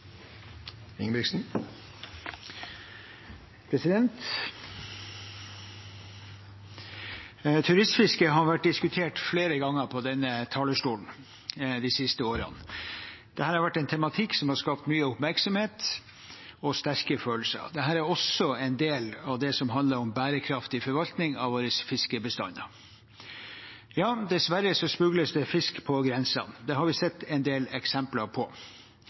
Turistfiske har vært diskutert flere ganger fra denne talerstolen de siste årene. Det har vært en tematikk som har skapt mye oppmerksomhet og sterke følelser. Dette er også en del av det som handler om bærekraftig forvaltning av våre fiskebestander. Ja, dessverre smugles det fisk på grensene. Det har vi sett en del eksempler på.